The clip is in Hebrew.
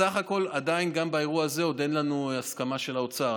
בסך הכול גם באירוע הזה עדיין אין לנו הסכמה של האוצר.